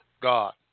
God